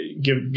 Give